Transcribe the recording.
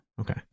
Okay